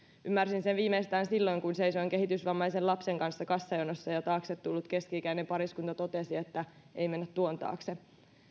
ymmärsin sen viimeistään silloin kun seisoin kehitysvammaisen lapsen kanssa kassajonossa ja ja taakse tullut keski ikäinen pariskunta totesi että ei mennä tuon taakse